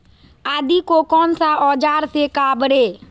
आदि को कौन सा औजार से काबरे?